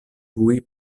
tuj